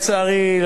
לצערי,